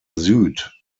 süd